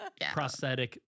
Prosthetic